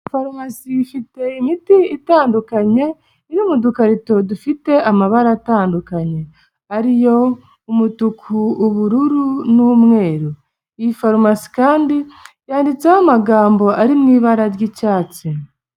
Farumasi ifite imiti itandukanye iri mu dukarito dufite amabara atandukanye, ari yo umutuku, ubururu n'umweru, iyi farumasi kandi yanditseho amagambo ari mu ibara ry'icyatsi.